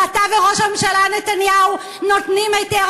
ואתה וראש הממשלה נתניהו נותנים היתר